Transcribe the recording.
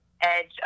edge